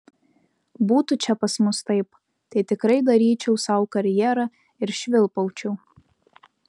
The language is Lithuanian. būtų čia pas mus taip tai tikrai daryčiau sau karjerą ir švilpaučiau